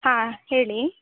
ಹಾಂ ಹೇಳಿ